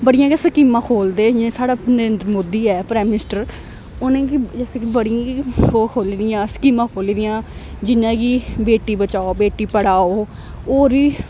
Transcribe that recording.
बड़ियां गै स्कीमां खोह्लदे जियां साढ़ा नरेंद्र मोदी ऐ प्राइम मिनिस्टर उ'नेंगी बड़ियां ओह् खोह्ल दियां स्कीमां खोह्ली दियां जियां कि बेटी बचाओ बेटी पढ़ाओ होर बी